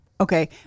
Okay